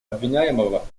обвиняемого